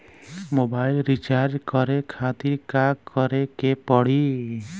Mobile recharge करे खातिर का करे के पड़ी?